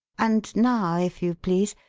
and now, if you please,